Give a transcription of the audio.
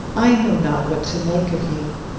i know not what to make of you.